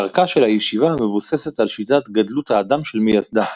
דרכה של הישיבה מבוססת על שיטת גדלות האדם של מייסדה,